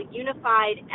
unified